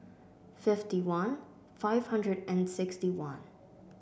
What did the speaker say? fifty one five hundred and sixty one